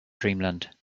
dreamland